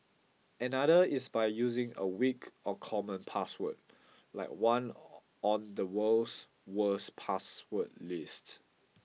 another is by using a weak or common password like one on the world's worst password list